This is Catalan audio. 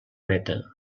meta